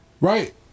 Right